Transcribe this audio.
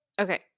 Okay